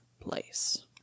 place